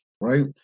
right